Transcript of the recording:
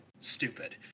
stupid